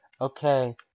okay